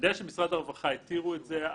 אני יודע שמשרד הרווחה התירו את זה,